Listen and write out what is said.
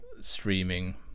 streaming